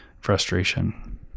frustration